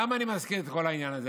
למה אני מזכיר את כל העניין הזה?